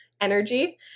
energy